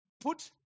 Put